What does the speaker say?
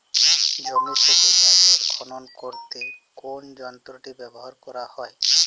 জমি থেকে গাজর খনন করতে কোন যন্ত্রটি ব্যবহার করা হয়?